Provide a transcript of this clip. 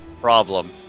Problem